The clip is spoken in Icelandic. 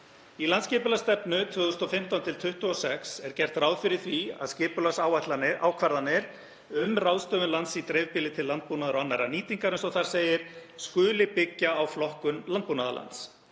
Í landsskipulagsstefnu 2015–2026 er gert ráð fyrir því að skipulagsákvarðanir „um ráðstöfun lands í dreifbýli til landbúnaðar og annarrar nýtingar“, eins og þar segir, skuli byggja á flokkun landbúnaðarlands.